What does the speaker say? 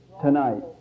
tonight